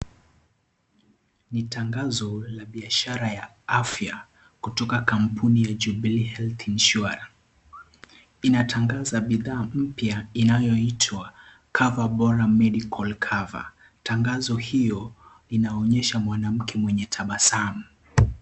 Ni tangazo la biashara ya afya kutoka kampuni ya Jubilee Health Insuarance, inatangaza bidhaa mpya inayoitwa cover bora medical cover tangazo hiyo inaonyesha mwanamke mwenye tabasamu.